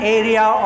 area